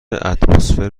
اتمسفر